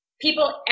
people